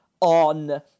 on